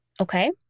Okay